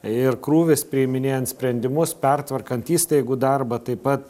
ir krūvis priiminėjant sprendimus pertvarkant įstaigų darbą taip pat